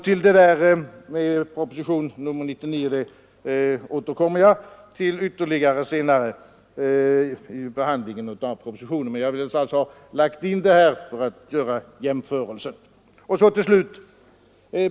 Till propositionen 99 återkommer jag vid behandlingen av den, men jag har velat säga detta redan nu för att göra jämförelsen.